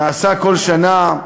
נעשה כל שנה.